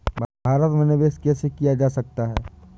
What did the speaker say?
भारत में निवेश कैसे किया जा सकता है?